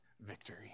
victory